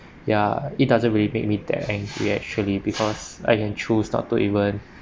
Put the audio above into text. ya it doesn't really make me that angry actually because I can choose not to even